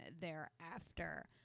thereafter